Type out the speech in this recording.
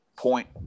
point